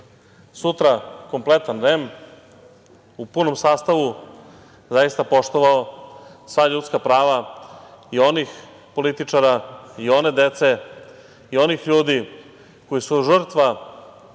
sutra kompletan REM u punom sastavu zaista poštovao sva ljudska prava i onih političara i one dece i onih ljudi koji su žrtva